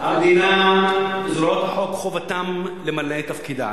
המדינה וזרועות החוק חובתן למלא את תפקידן.